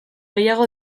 gehiago